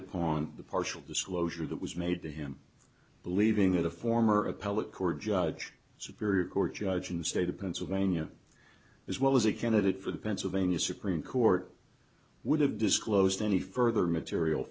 upon the partial disclosure that was made to him believing that a former appellate court judge superior court judge in the state of pennsylvania as well as a candidate for the pennsylvania supreme court would have disclosed any further material